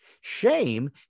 Shame